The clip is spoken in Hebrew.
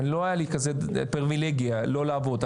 לא הייתה לי כזאת פריווילגיה לא לעבוד.